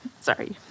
sorry